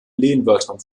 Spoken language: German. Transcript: lehnwörtern